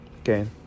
okay